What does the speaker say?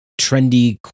trendy